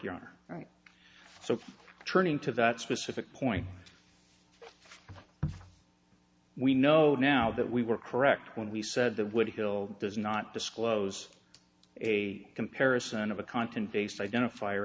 honor right so turning to that specific point we know now that we were correct when we said that would hill does not disclose a comparison of a content based identif